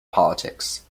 politics